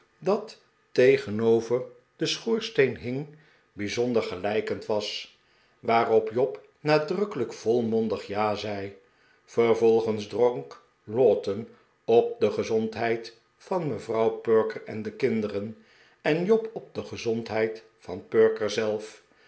dat tegenover den schoorsteen hing bijzonder gelijkend was waarop job natuurlijk volmondig ja zei vervolgens dronk lowten op de gezondheid van mevrouw perker en de kinderen en job op de gezondheid van perker zelf